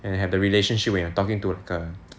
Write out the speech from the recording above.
and have the relationship when you're talking to like a